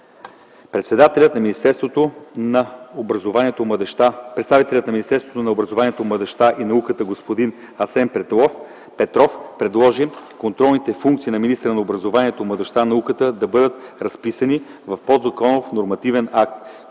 Представителят на Министерството на образованието, младежта и науката господин Асен Петров предложи контролните функции на министъра на образованието, младежта и науката да бъдат разписани в подзаконов нормативен акт,